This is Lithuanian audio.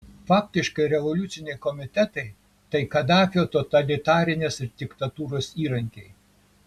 faktiškai revoliuciniai komitetai tai kadafio totalitarinės diktatūros įrankiai